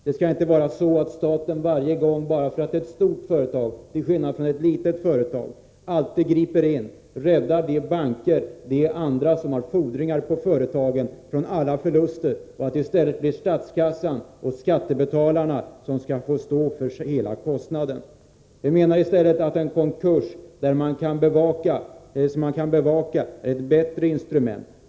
Det skall inte vara så att staten varje gång det är fråga om ett stort företag — till skillnad från när det gäller ett litet — griper in och räddar de banker och andra som har fordringar på företaget från alla förluster, så att det i stället blir statskassan och skattebetalarna som får stå för hela kostnaden. Vi menar att en konkurs, som man kan bevaka, är ett bättre instrument.